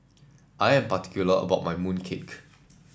I am particular about my mooncake